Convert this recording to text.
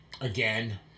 again